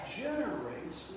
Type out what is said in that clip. generates